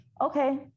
okay